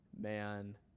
man